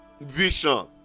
vision